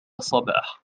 صباح